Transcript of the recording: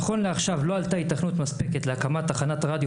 נכון לעכשיו לא היתה התכנות להקמת תחנת רדיו